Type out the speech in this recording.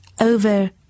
over